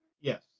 Yes